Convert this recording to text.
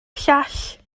llall